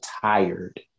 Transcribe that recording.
tired